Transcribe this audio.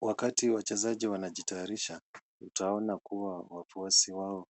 Wakati wachezaji wanajitayarisha, utaona kuwa wafuasi wao